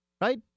right